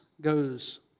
goes